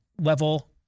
level